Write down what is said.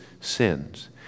sins